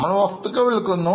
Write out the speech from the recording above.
നമ്മൾ വസ്തുക്കൾ വിൽക്കുന്നു